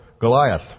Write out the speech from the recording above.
Goliath